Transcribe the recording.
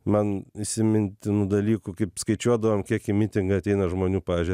man įsimintinų dalykų kaip skaičiuodavom kiek į mitingą ateina žmonių pavyzdžiui